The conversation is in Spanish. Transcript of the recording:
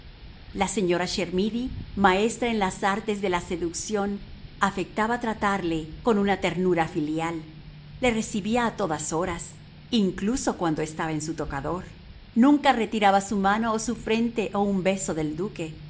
la señora chermidy maestra en las artes de la seducción afectaba tratarle con una ternura filial le recibía a todas horas incluso cuando estaba en su tocador nunca retiraba su mano o su frente a un beso del duque